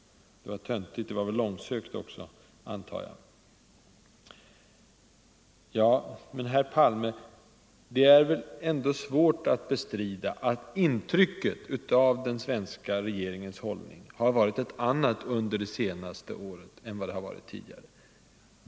Det var töntigt! Det var väl långsökt 22 november 1974 också, antar jag. Men, herr Palme, det är väl ändå svårt att bestrida att intrycket av — Ang. läget i den svenska regeringens hållning har blivit ett annat under det senaste Mellersta Östern, året än tidigare.